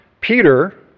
Peter